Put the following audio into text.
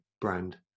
Brand